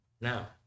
now